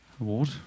Award